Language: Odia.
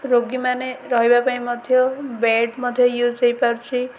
ରୋଗୀମାନେ ରହିବା ପାଇଁ ମଧ୍ୟ ବେଡ଼୍ ମଧ୍ୟ ୟୁଜ୍ ହୋଇପାରୁଛି